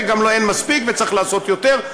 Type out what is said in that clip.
וגם אין מספיק וצריך לעשות יותר,